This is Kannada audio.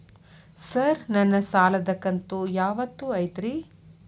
ಸರ್ ನನ್ನ ಸಾಲದ ಕಂತು ಯಾವತ್ತೂ ಐತ್ರಿ?